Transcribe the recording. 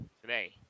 today